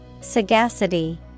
Sagacity